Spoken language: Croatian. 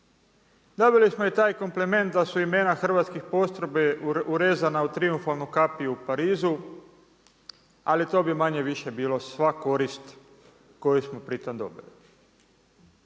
Dobili smo i taj kompliment da su imena hrvatske postrojbe urezana u trijumfalnu kapiju u Parizu, ali to bi manje-više bilo sva korist koju smo pri tom dobili.